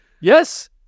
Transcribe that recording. Yes